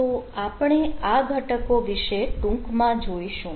તો આપણે આ ઘટકો વિશે ટુંક માં જોઇશું